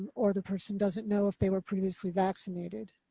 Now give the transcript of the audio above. or the person doesn't know if they were previously vaccinated.